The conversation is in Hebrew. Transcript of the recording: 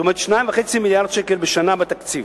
כלומר 2.5 מיליארדי שקל בשנה בתקציב.